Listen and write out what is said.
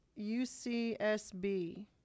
UCSB